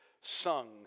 sung